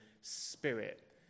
spirit